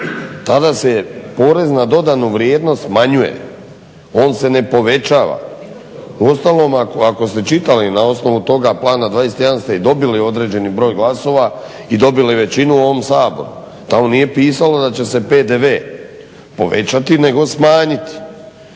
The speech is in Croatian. tada se porez na dodanu vrijednost smanjuje, on se ne povećava. Uostalom, ako ste čitali na osnovu toga Plana 21 ste i dobili određeni broj glasova i dobili većinu u ovom Saboru. Tamo nije pisalo da će se PDV povećati nego smanjiti.